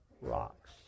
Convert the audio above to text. rocks